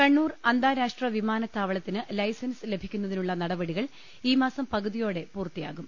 കണ്ണൂർ അന്താരാഷ്ട്ര വിമാനത്താവളത്തിന് ലൈസൻസ് ലഭിക്കുന്ന തിനുള്ള നടപടികൾ ഈ മാസം പകുതിയോടെ പൂർത്തിയാകും